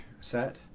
set